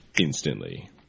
instantly